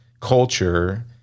culture